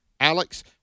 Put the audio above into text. Alex